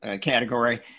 category